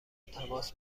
تماس